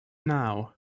now